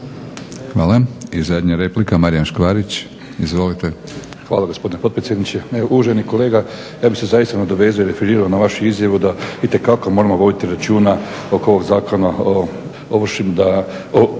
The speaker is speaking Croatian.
Hvala. I zadnja replika Marijan Škvarić. Izvolite. **Škvarić, Marijan (HNS)** Hvala gospodine potpredsjedniče. Evo uvaženi kolega, ja bih se zaista nadovezao i referirao na vašu izjavu da itekako moramo voditi računa oko ovog zakona o troškovima.